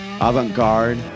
avant-garde